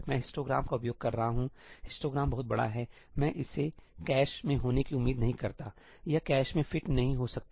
मैं हिस्टोग्राम का उपयोग कर रहा हूं हिस्टोग्राम बहुत बड़ा है मैं इसे कैश में होने की उम्मीद नहीं करता हूं ठीक यह कैश में फिट नहीं हो सकता